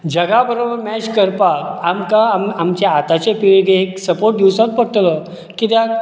जगा बरोबर मॅच करपाक आमकां आमच्या आताच्या पिळगेक सपोर्ट दिवचोच पडटलो कित्याक